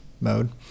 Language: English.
mode